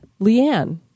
Leanne